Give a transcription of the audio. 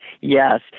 Yes